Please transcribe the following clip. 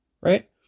right